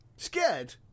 Scared